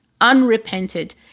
unrepented